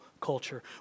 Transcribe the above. culture